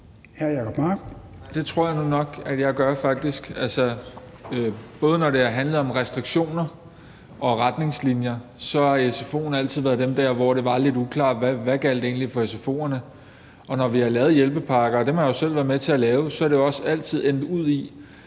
Det tror jeg nu faktisk nok at jeg gør. Både når det har handlet om restriktioner og retningslinjer, har sfo'en altid været dem, hvor det var lidt uklart, hvad der egentlig gjald for dem, og når vi har lavet hjælpepakker – og dem har jeg jo selv været med til at lave – er det jo også altid endt ud i,